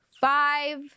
five